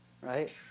Right